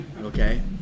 Okay